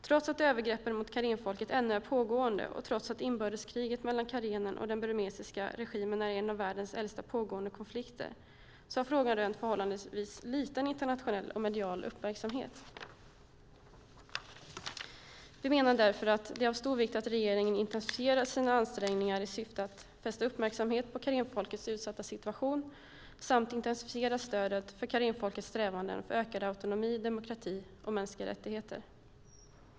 Trots att övergreppen mot karenfolket ännu är pågående och trots att inbördeskriget mellan karenerna och den burmesiska regimen är en av världens äldsta pågående konflikter har frågan rönt förhållandevis liten internationell och medial uppmärksamhet. Vi menar därför att det är av stor vikt att regeringen intensifierar sina ansträngningar i syfte att fästa uppmärksamhet på karenfolkets utsatta situation samt intensifierar stödet för karenfolkets strävanden efter ökad autonomi, demokrati och mänskliga rättigheter.